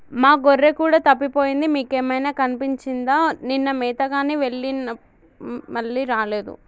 మా గొర్రె కూడా తప్పిపోయింది మీకేమైనా కనిపించిందా నిన్న మేతగాని వెళ్లి మళ్లీ రాలేదు